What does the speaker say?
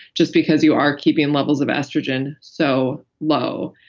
just because you are keeping levels of estrogen so low.